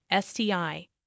STI